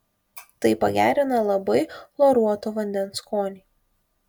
tai pagerina labai chloruoto vandens skonį